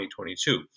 2022